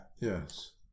Yes